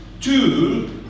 two